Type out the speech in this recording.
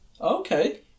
Okay